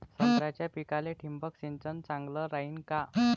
संत्र्याच्या पिकाले थिंबक सिंचन चांगलं रायीन का?